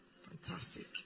Fantastic